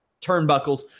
turnbuckles